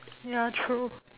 ya true